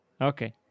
Okay